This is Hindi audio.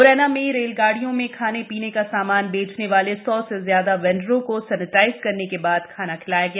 मुरैना में रेलगाडियों में खाने पीने का सामान बेचने वाले सौ से ज्यादा बैंडरों को सेनेटाइज करने के बाद खाना खिलाया गया